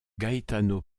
gaetano